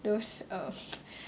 those um